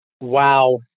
Wow